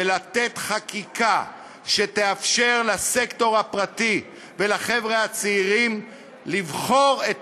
ולתת חקיקה שתאפשר לסקטור הפרטי ולחבר'ה הצעירים לבחור את